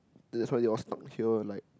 that's why they all stuck here like